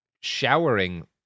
showering